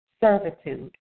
servitude